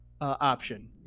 option